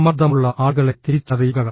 സമ്മർദ്ദമുള്ള ആളുകളെ തിരിച്ചറിയുക